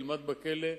ילמד בכלא,